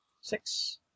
Six